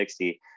60